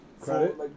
credit